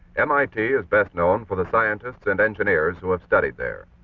mit is best known for the scientists and engineers who have studied there.